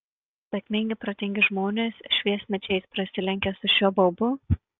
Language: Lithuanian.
sėkmingi protingi žmonės šviesmečiais prasilenkia su šiuo baubu